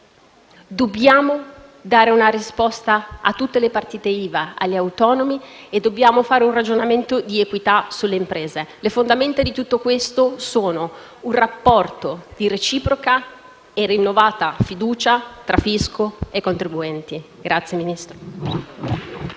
dobbiamo dare una risposta a tutte le partite IVA, agli autonomi e dobbiamo fare un ragionamento di equità sulle imprese. Le fondamenta di tutto questo sono un rapporto di reciproca e rinnovata fiducia tra fisco e contribuenti. (*Applausi*).